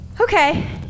Okay